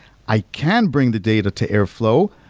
i can bring the data to airflow,